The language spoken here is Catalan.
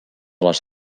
les